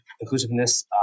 inclusiveness